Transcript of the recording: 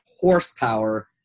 horsepower